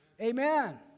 Amen